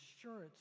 assurance